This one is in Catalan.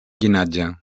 llinatge